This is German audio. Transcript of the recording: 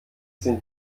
sind